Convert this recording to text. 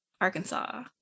Arkansas